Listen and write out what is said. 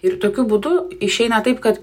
ir tokiu būdu išeina taip kad